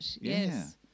Yes